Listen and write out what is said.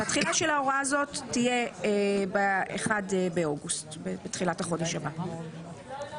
תחילה 2. תחילתה של הוראה זו תהיה ב-1 באוגוסט 2023. על זה